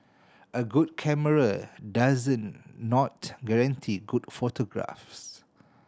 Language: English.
a good camera doesn't not guarantee good photographs